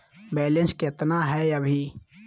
Balance केतना हय अभी?